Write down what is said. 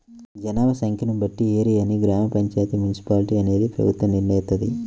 జనాభా సంఖ్యను బట్టి ఏరియాని గ్రామ పంచాయితీ, మున్సిపాలిటీ అనేది ప్రభుత్వం నిర్ణయిత్తది